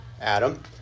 Adam